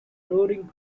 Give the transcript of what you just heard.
roaring